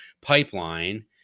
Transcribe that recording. pipeline